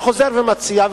וחוזר ומציע,